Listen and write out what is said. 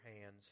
hands